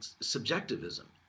subjectivism